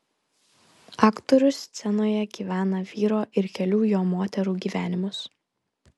aktorius scenoje gyvena vyro ir kelių jo moterų gyvenimus